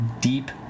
deep